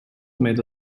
made